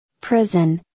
Prison